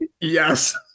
Yes